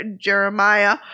Jeremiah